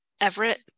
Everett